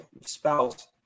spouse